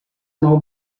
nou